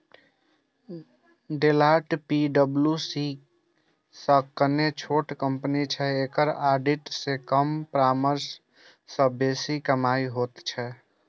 Deloitte पी.डब्ल्यू.सी सं कने छोट कंपनी छै, एकरा ऑडिट सं कम परामर्श सं बेसी कमाइ होइ छै